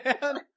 man